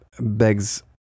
begs